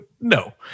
no